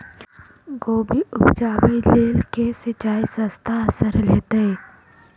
कोबी उपजाबे लेल केँ सिंचाई सस्ता आ सरल हेतइ?